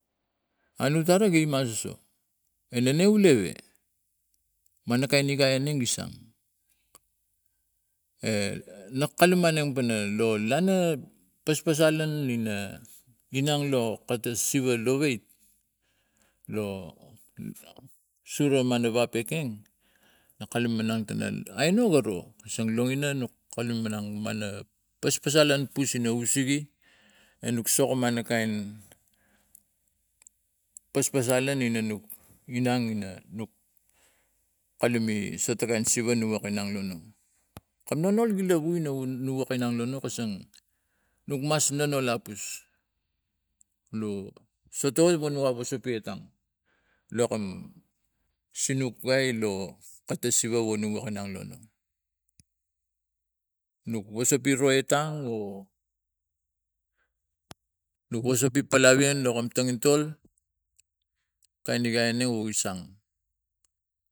A no tana ga ima soso e nene u leue mana kain igai aneng gi sang e lak kulum aleng pana lo lana paspasalan ina inang lo kata siva lo wait lo sura lo mana piking a kalum minang tana ai nu wa ro so la ina nok kalum manang mana paspasalanpus ina uesege anok sokoman a kain paspasalan ina nuk inang ina nuk kalume soto kain siva nuako lak inang lono kam nonol gi wok nonol kasang nuk mas nonolapus lo sotoi nuak wosopi etan lo kam sinuk ai lo kata siva wo nu wok inang lo no nuk wospoi etang o nok wosopi palawian lo kam tongintol kain igaina gi sang.